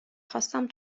خواستم